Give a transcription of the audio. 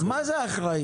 מה זה אחראי?